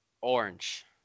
orange